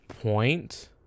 point